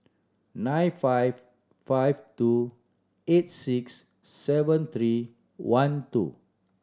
nine five five two eight six seven three one two